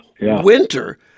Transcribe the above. winter